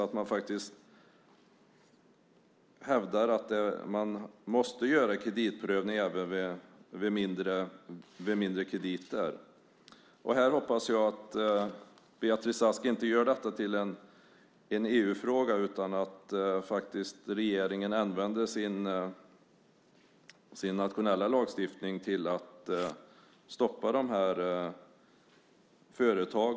Det borde alltså vara möjligt att hävda att kreditprövning ska ske även vid mindre krediter. Jag hoppas att Beatrice Ask inte gör detta till en EU-fråga, utan att regeringen använder den nationella lagstiftningen för att stoppa de här företagen.